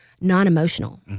non-emotional